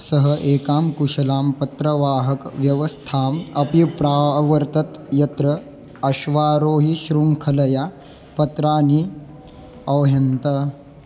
सः एकां कुशलां पत्रवाहकव्यवस्थाम् अपि प्रावर्तत यत्र अश्वारोहिशृङ्खलया पत्राणि औह्यन्त